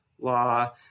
law